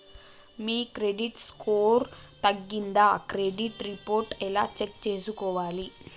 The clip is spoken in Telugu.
మీ క్రెడిట్ స్కోర్ తగ్గిందా క్రెడిట్ రిపోర్ట్ ఎలా చెక్ చేసుకోవాలి?